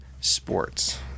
sports